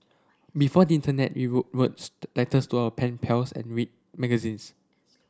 before internet we wrote words letters to our pen pals and read magazines